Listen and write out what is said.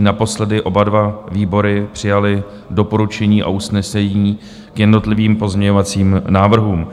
Naposledy oba dva výbory přijaly doporučení a usnesení k jednotlivým pozměňovacím návrhům.